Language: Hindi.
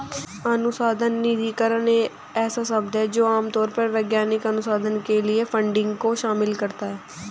अनुसंधान निधिकरण ऐसा शब्द है जो आम तौर पर वैज्ञानिक अनुसंधान के लिए फंडिंग को शामिल करता है